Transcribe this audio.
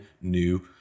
new